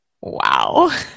wow